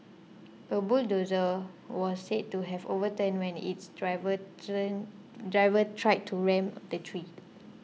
a bulldozer was said to have overturned when its driver driver tried to ram the tree